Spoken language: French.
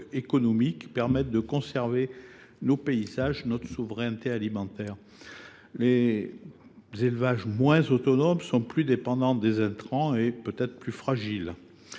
et ils conservent nos paysages et notre souveraineté alimentaire. Les élevages moins autonomes sont plus dépendants des intrants et peut être plus fragiles.